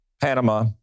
Panama